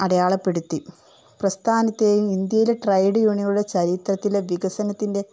അടയാളപ്പെടുത്തി പ്രസ്സ്ഥാനത്തെയും ഇന്ത്യയിലെ ട്രേഡ് യൂണിയനുടെ ചരിത്രത്തിലെ വികസനത്തിൻ്റെ